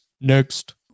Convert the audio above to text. next